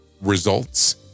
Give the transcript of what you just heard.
results